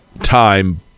time